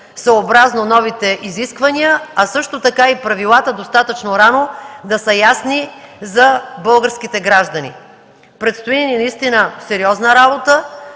съобразно новите изисквания, а също така и правилата достатъчно рано да са ясни за българските граждани. Предстои ни наистина сериозна работа.